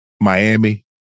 Miami